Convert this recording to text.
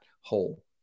whole